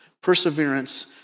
perseverance